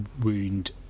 wound